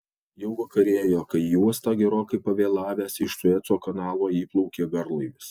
jau vakarėjo kai į uostą gerokai pavėlavęs iš sueco kanalo įplaukė garlaivis